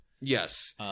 Yes